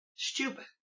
Stupid